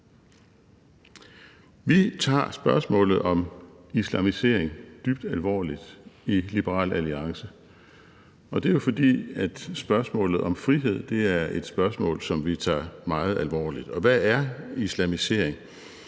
Vi tager spørgsmålet om islamisering dybt alvorligt i Liberal Alliance, og det er jo, fordi spørgsmålet om frihed er et spørgsmål, som vi tager meget alvorligt. Hvad er islamisering?